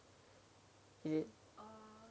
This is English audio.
is it